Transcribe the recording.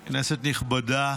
אני מתנצל --- לא צריך,